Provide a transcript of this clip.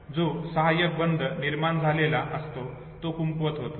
जो सहाय्यक बंध निर्माण झालेला असतो तो कमकुवत होतो